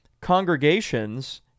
congregations